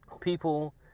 people